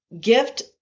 gift